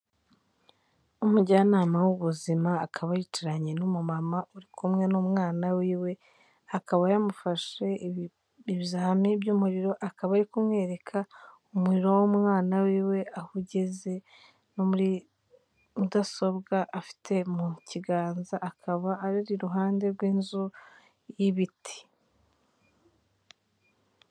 Umujyanama w'ubuzima akaba yicaranye n'umu mama uri kumwe n'umwana w'iwe, akaba yamufashe ibizami by'umuriro, akaba ari kumwereka umuriro w'umwana w'iwe aho ugeze, no muri mudasobwa afite mu kiganza, akaba ari iruhande rw'inzu y'ibiti.